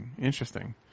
Interesting